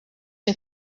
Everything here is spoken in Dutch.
een